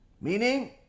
meaning